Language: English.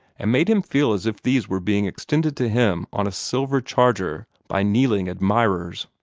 and made him feel as if these were being extended to him on a silver charger by kneeling admirers.